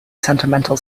sentimental